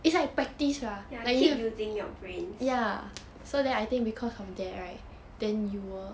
ya keep using your brains